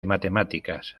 matemáticas